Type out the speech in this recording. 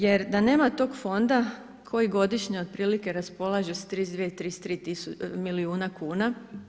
Jer da nema tog fonda koji godišnje otprilike raspolaže sa 32, 33 milijuna kuna.